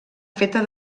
feta